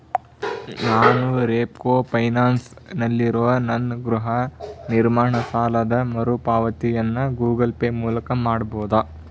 ನಾನು ರೇಪ್ಕೋ ಪೈನಾನ್ಸ್ನಲ್ಲಿರುವ ನನ್ನ ಗೃಹ ನಿರ್ಮಾಣ ಸಾಲದ ಮರುಪಾವತಿಯನ್ನು ಗೂಗಲ್ ಪೇ ಮೂಲಕ ಮಾಡ್ಬೋದಾ